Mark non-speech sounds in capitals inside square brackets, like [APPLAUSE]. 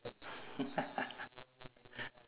[LAUGHS]